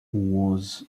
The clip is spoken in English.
was